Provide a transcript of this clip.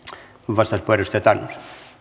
arvoisa herra puhemies minäkin